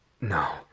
No